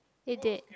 it did